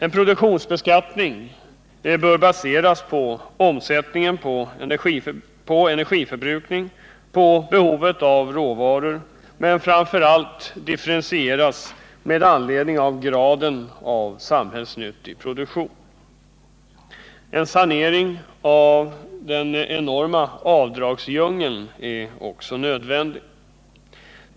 En produktionsbeskattning bör baseras på omsättningen, energiförbrukningen och behovet av råvaror men framför allt differentieras efter graden av samhällsnytta i produktionen. En sanering av den enorma avdragsdjungeln är också nödvändig.